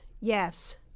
yes